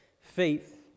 faith